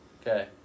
Okay